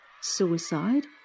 suicide